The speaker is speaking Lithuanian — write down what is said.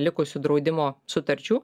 likusių draudimo sutarčių